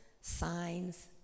signs